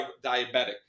diabetic